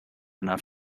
enough